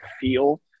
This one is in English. feel –